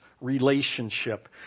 relationship